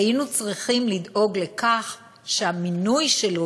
היינו צריכים לדאוג לכך שהמינוי שלו